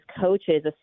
coaches